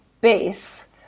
base